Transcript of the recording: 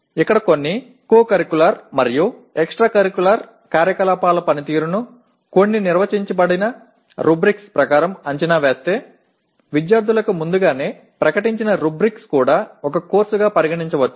ఇక్కడ కొన్ని co curricular మరియు ఎక్స్ట్రా కరికులర్ కార్యకలాపాల పనితీరును కొన్ని నిర్వచించబడిన రబ్రిక్స్ ప్రకారం అంచనా వేస్తే విద్యార్థులకు ముందుగానే ప్రకటించిన రుబ్రిక్స్ కూడా ఒక కోర్సుగా పరిగణించవచ్చు